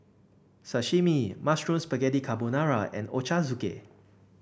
Sashimi Mushroom Spaghetti Carbonara and Ochazuke